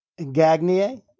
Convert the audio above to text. Gagnier